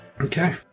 Okay